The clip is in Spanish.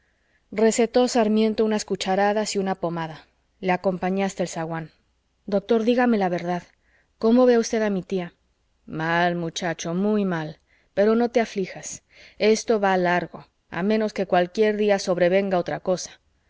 recetó sarmiento unas cucharadas y una pomada le acompañé hasta el zaguán doctor dígame la verdad cómo ve usted a mi tía mal muchacho muy mal pero no te aflijas esto va largo a menos que cualquier día sobrevenga otra cosa